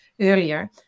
earlier